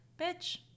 bitch